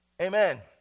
Amen